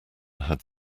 had